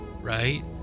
right